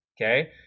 okay